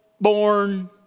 born